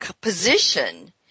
position